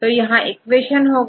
तो यहां इक्वेशन होगा